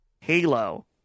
Halo